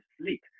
sleep